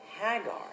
Hagar